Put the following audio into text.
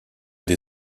des